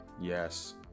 Yes